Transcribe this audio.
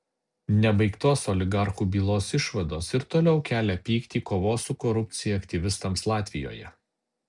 nebaigtos oligarchų bylos išvados ir toliau kelia pyktį kovos su korupcija aktyvistams latvijoje